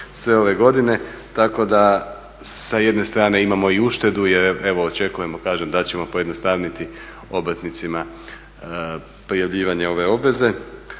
sve ove godine, tako da sa jedne strane imamo i uštedu jer evo očekujemo, kažem da ćemo pojednostaviti obrtnicima prijavljivanje ove obveze,